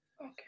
Okay